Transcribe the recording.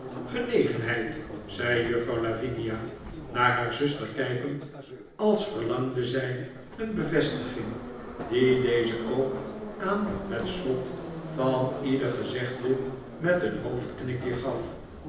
genegenheid zei juffrouw lavinia naar haar zuster kijkend als verlangde zij een bevestiging die deze ook aan het slot van ieder gez egde met een hoofdknikje gaf